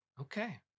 okay